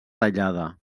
tallada